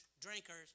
drinkers